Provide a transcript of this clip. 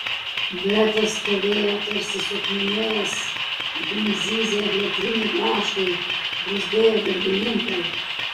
bretas stovėjo tarsi suakmenėjęs aplink zyzė elektriniai grąžtai bruzdėjo darbininkai